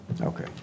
Okay